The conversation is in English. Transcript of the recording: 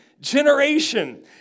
generation